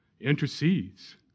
Intercedes